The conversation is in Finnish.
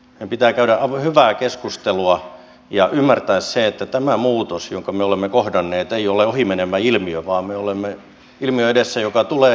meidän pitää käydä hyvää keskustelua ja ymmärtää se että tämä muutos jonka me olemme kohdanneet ei ole ohimenevä ilmiö vaan me olemme ilmiön edessä joka tulee jatkumaan